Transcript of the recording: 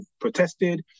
protested